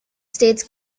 states